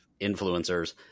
influencers